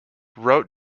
wrote